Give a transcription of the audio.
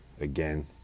again